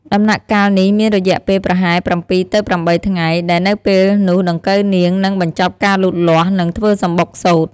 ដំណាក់កាលនេះមានរយៈពេលប្រហែល ៧ ទៅ ៨ ថ្ងៃ ដែលនៅពេលនោះដង្កូវនាងនឹងបញ្ចប់ការលូតលាស់ និងធ្វើសំបុកសូត្រ។